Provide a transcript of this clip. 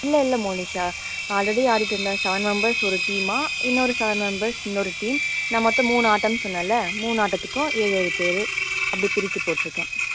இல்லை இல்லை மோனிஷா ஆல்ரெடி ஆடிகிட்டு இருந்த செவன் மெம்பர்ஸ் ஒரு டீமாக இன்னொரு செவன் மெம்பர்ஸ் இன்னொரு டீம் நான் மொத்தம் மூணு ஆட்டம் சொன்னேல மூணு ஆட்டத்துக்கும் ஏலு ஏலு பேர் அப்படி பிரிச்சு போட்டுருக்கேன்